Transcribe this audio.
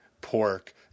pork